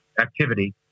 activity